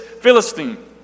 Philistine